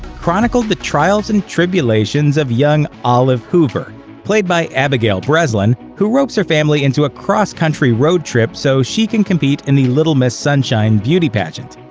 chronicled the trials and tribulations of young olive hoover played by abigail breslin who ropes her family into a cross-country road trip so she can compete in the little miss sunshine beauty pageant.